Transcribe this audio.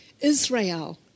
Israel